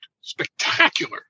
spectacular